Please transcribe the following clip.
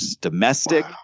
domestic